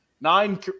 nine